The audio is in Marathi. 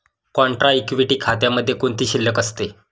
कॉन्ट्रा इक्विटी खात्यामध्ये कोणती शिल्लक असते?